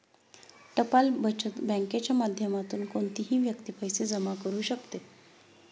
टपाल बचत बँकेच्या माध्यमातून कोणतीही व्यक्ती पैसे जमा करू शकते